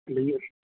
بھئیا